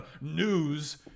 news